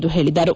ಎಂದು ಹೇಳಿದರು